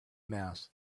mass